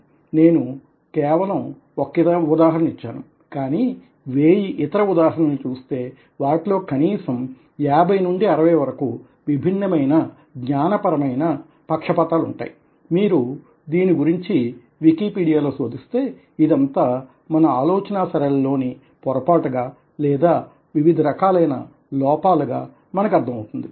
కాబట్టి మనం ఏదో పెర్సెప్షన్ ని కలిగి వుంటాం నేను నేను కేవలం ఒక ఉదాహరణ ఇచ్చాను కానీ నీ వేయి ఇతర ఉదాహరణలు చూస్తే వాటిలో కనీసం 50 నుండి 60 వరకు విభిన్నమైన జ్ఞానపరమైన పక్షపాతాలు ఉంటాయి మీరు మీరు దీని గురించి వికీపీడియాలో శోధిస్తే ఇదంతా మన ఆలోచనా సరళి లోని పొరపాటుగా లేదా వివిధ రకాలైన లోపాలుగా మనకు అర్థమవుతుంది